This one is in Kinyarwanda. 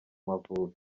mavubi